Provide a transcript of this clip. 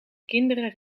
kinderen